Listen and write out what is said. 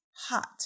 hot